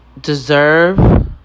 deserve